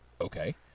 Okay